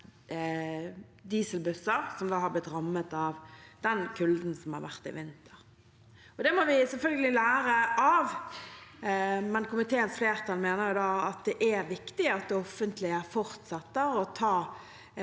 dieselbusser, som har blitt rammet av den kulden som har vært i vinter. Det må vi selvfølgelig lære av, men komiteens flertall mener det er viktig at det offentlige fortsetter å ta